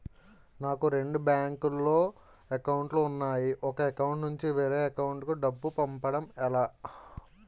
నాకు రెండు బ్యాంక్ లో లో అకౌంట్ లు ఉన్నాయి ఒక అకౌంట్ నుంచి వేరే అకౌంట్ కు డబ్బు పంపడం ఎలా?